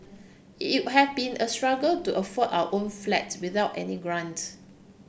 it would have been a struggle to afford our own flat without any grant